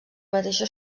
mateixa